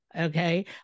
Okay